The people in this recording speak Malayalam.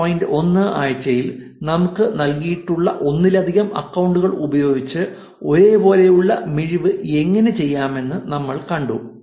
1 ആഴ്ചയിൽ നമുക്ക് നൽകിയിട്ടുള്ള ഒന്നിലധികം അക്കൌണ്ടുകൾ ഉപയോഗിച്ച് ഒരേപോലെയുള്ള മിഴിവ് എങ്ങനെ ചെയ്യാമെന്ന് നമ്മൾ കണ്ടു